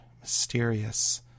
Mysterious